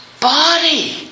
body